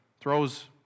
throws